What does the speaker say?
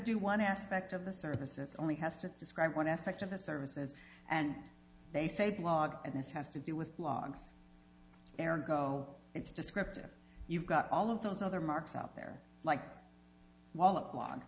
do one aspect of the service it's only has to describe one aspect of the services and they say blog and this has to do with blogs aaron go it's descriptive you've got all of those other marks out there like wallop blog